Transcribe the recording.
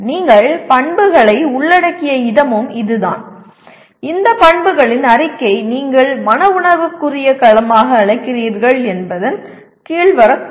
நீங்கள் பண்புகளை உள்ளடக்கிய இடமும் இதுதான் இந்த பண்புகளின் அறிக்கை நீங்கள் மன உணர்வுக்குரிய களமாக அழைக்கிறீர்கள் என்பதன் கீழ் வரக்கூடும்